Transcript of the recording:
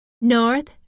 north